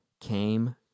came